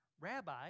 Rabbi